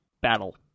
battle